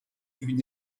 une